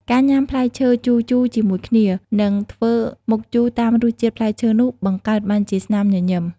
ការញ៉ាំផ្លែឈើជូរៗជាមួយគ្នា និងធ្វើមុខជូរតាមរសជាតិផ្លែឈើនោះ បង្កើតបានជាស្នាមញញឹម។